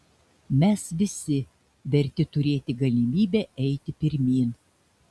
mes visi verti turėti galimybę eiti pirmyn